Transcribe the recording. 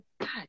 God